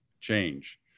change